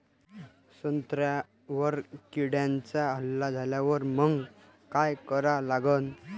संत्र्यावर किड्यांचा हल्ला झाल्यावर मंग काय करा लागन?